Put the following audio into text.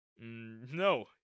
No